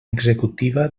executiva